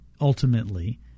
ultimately